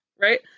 right